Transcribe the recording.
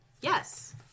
Yes